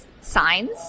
signs